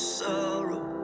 sorrow